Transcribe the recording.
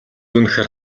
үнэхээр